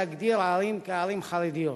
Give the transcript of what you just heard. להגדיר ערים כערים חרדיות.